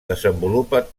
desenvolupa